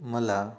मला